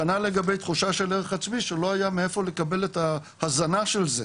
כנ"ל לגבי תחושה של ערך עצמי שלא היה מאיפה לקבל את ההזנה של זה,